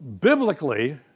Biblically